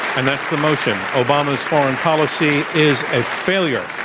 and ah obama's foreign policy is a failure.